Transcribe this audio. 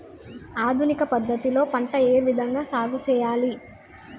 ఆధునిక పద్ధతి లో పంట ఏ విధంగా సాగు చేయాలి?